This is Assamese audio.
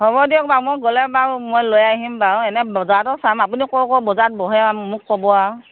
হ'ব দিয়ক বাৰু মই গ'লে বাৰু মই লৈ আহিম বাৰু এনে বজাৰতো চাম আপুনি ক'ৰ ক'ৰ বজাৰত বহে আৰু মোক ক'ব আৰু